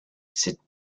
cette